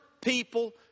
people